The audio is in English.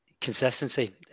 consistency